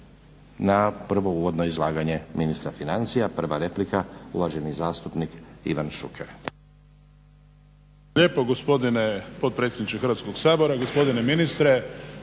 na prvo uvodno izlaganje ministra financija. Prva replika, uvaženi zastupnik Ivan Šuker. **Šuker, Ivan (HDZ)** Hvala lijepo gospodine potpredsjedniče Hrvatskog sabora, gospodine ministre,